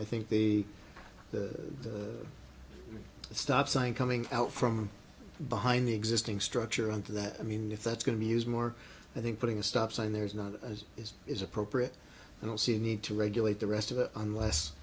i think the the stop sign coming out from behind the existing structure and to that i mean if that's going to be used more i think putting a stop sign there is not as it is appropriate and i'll see need to regulate the rest of it unless